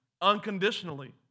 unconditionally